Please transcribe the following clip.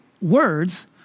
words